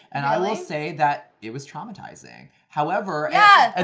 and i will say that it was traumatizing. however yeah and